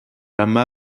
amañ